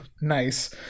Nice